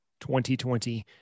2020